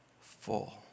full